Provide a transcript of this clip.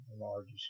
largest